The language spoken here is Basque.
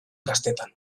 gaztetan